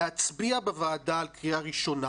להצביע בוועדה על קריאה ראשונה